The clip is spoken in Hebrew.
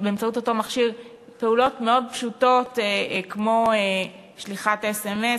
באמצעותו פעולות מאוד פשוטות כמו שליחת אס.אם.אס.